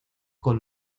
con